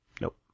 Nope